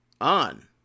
on